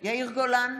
בהצבעה יאיר גולן,